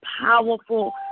powerful